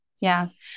Yes